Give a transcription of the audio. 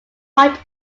point